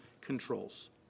controls